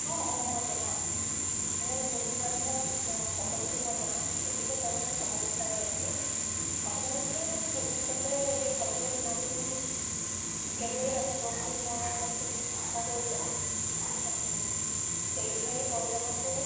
অঁ অঁ মই জনাম মোৰ বন্ধু বান্ধৱ সকলোকে মই জনাম যদিহে তেওঁলোকে খাব বিচাৰে এনেকে আপোনালোকেও মানে ভৱিষ্যতে এই খাদ্যৰ গুণাগুণ একেদৰে ৰাখিব বুলি মই খুব আশা কৰিলোঁ ডেলিভাৰী বয়জনকো